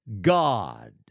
God